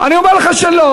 אני אומר לך שלא.